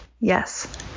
yes